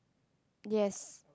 yes